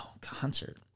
concert